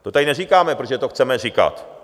To tady neříkáme, protože to chceme říkat.